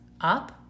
up